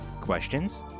Questions